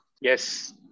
Yes